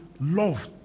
love